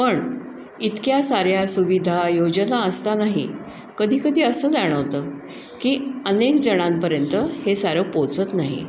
पण इतक्या साऱ्या सुविधा योजना असतानाही कधी कधी असं जाणवतं की अनेकजणांपर्यंत हे सारं पोचत नाही